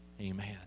Amen